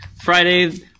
Friday